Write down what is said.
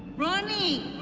ronny,